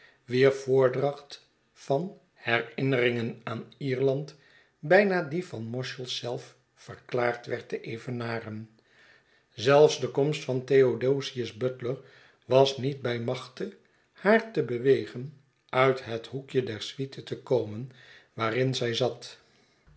wier voordracht van herinneringen aan lerland bijna die van moscheles zelf verklaard werd te evenaren zelfs de komst van theodosius butler was niet bij machte haar te bewegen uit het hoekje der suite te komen waarin zij zat